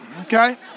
okay